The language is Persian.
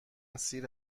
سیر